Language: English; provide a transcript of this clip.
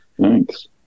Thanks